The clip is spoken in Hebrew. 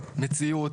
מציאות